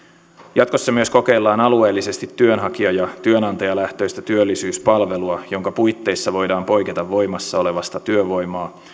jatkossa myös kokeillaan alueellisesti työnhakija ja työnantajalähtöistä työllisyyspalvelua jonka puitteissa voidaan poiketa voimassa olevasta työvoimaa